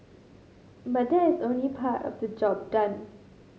but that is only part of the job done